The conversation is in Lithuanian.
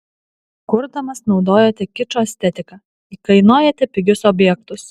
kurdamas naudojate kičo estetiką įkainojate pigius objektus